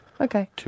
Okay